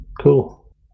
cool